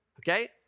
Okay